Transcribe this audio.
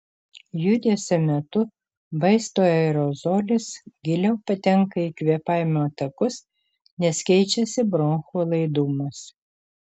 judesio metu vaisto aerozolis giliau patenka į kvėpavimo takus nes keičiasi bronchų laidumas